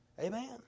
amen